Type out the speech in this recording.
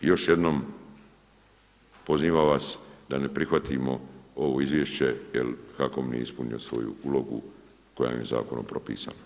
I još jednom pozivam vas da ne prihvatimo ovo izvješće jer HAKOM nije ispunio svoju ulogu koja mu je zakonom propisana.